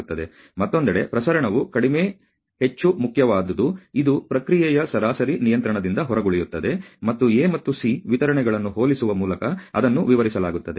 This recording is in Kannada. ಮತ್ತೊಂದೆಡೆ ಪ್ರಸರಣವು ಕಡಿಮೆ ಹೆಚ್ಚು ಮುಖ್ಯವಾದುದು ಇದು ಪ್ರಕ್ರಿಯೆಯ ಸರಾಸರಿ ನಿಯಂತ್ರಣದಿಂದ ಹೊರಗುಳಿಯುತ್ತದೆ ಮತ್ತು A ಮತ್ತು C ವಿತರಣೆಗಳನ್ನು ಹೋಲಿಸುವ ಮೂಲಕ ಇದನ್ನು ವಿವರಿಸಲಾಗುತ್ತದೆ